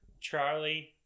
Charlie